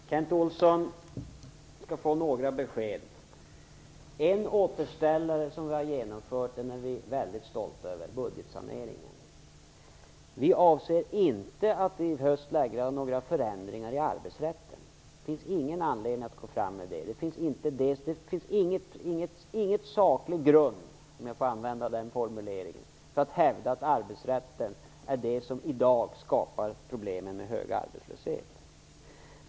Fru talman! Kent Olsson skall få några besked. En återställare som vi har genomfört är vi väldigt stolta över: budgetsaneringen. Vi avser inte att i höst lägga fram några förslag om förändringar i arbetsrätten. Det finns ingen anledning att gå fram med det. Det finns ingen saklig grund, om jag får använda den formuleringen, för att hävda att arbetsrätten är det som i dag skapar problemen med hög arbetslöshet.